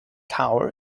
tower